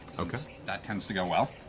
that tends to go well.